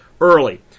early